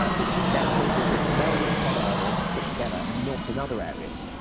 ah which then causes it to melt in some areas and stick together, and not in other areas.